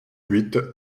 huit